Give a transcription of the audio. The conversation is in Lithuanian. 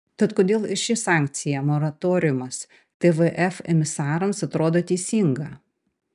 tad kodėl ir ši sankcija moratoriumas tvf emisarams atrodo teisinga